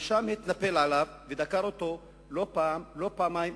הנאשם התנפל עליו ודקר אותו לא פעם ולא פעמיים,